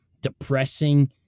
depressing